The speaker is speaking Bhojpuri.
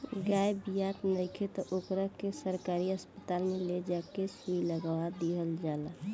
गाय बियात नइखे त ओकरा के सरकारी अस्पताल में ले जा के सुई लगवा दीहल जाला